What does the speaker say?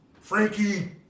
Frankie